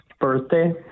birthday